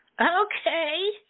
Okay